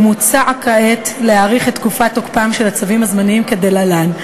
ומוצע כעת להאריך את תקופת תוקפם של הצווים הזמניים כדלהלן: